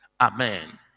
Amen